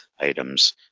items